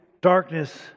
Darkness